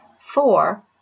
Four